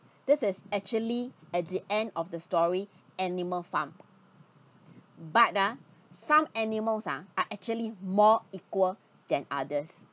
this is actually at the end of the story animal farm but ah some animals ah are actually more equal than others